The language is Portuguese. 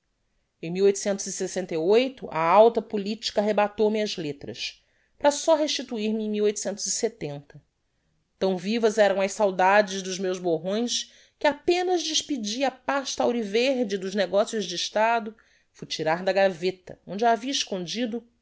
e a alta politica arrebatou me ás lettras para só restituir-me tão vivas eram as saudades dos meus borrões que apenas despedi a pasta auri verde dos negocios de estado fui tirar da gaveta onde a havia escondido